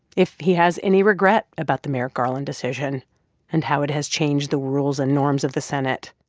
if he has any regret about the merrick garland decision and how it has changed the rules and norms of the senate.